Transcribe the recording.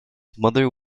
mother